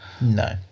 No